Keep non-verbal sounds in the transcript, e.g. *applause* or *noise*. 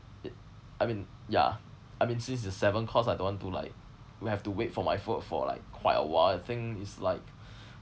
it I mean ya I mean since it's seven course I don't want to like will have to wait for my food for like quite awhile I think it's like *breath*